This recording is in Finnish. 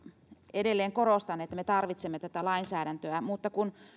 edelleen korostan että me tarvitsemme tätä lainsäädäntöä mutta kun